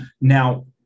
Now